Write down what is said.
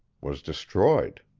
was destroyed.